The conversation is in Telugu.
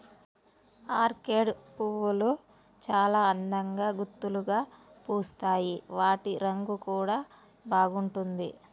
ఆర్కేడ్ పువ్వులు చాల అందంగా గుత్తులుగా పూస్తాయి వాటి రంగు కూడా బాగుంటుంది